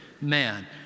man